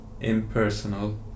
impersonal